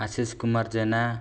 Ashish Kumar Jena